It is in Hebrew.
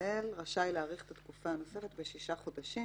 ישראל רשאי להאריך את התקופה הנוספת בשישה חודשים